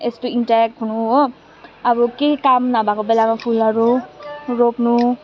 यस्तो इन्ट्याक हुनु हो अब केही काम नभएको बेलामा फुलहरू रोप्नु